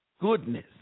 Goodness